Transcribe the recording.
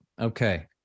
Okay